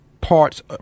parts